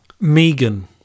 Megan